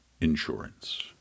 insurance